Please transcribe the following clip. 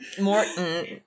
Morton